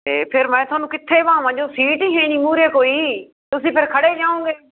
ਅਤੇ ਫਿਰ ਮੈਂ ਤੁਹਾਨੂੰ ਕਿੱਥੇ ਵਾਵਾਂ ਜਦੋਂ ਸੀਟ ਹੀ ਨਹੀਂ ਮੂਹਰੇ ਕੋਈ ਤੁਸੀਂ ਫਿਰ ਖੜ੍ਹੇ ਜਾਓਗੇ